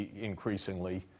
increasingly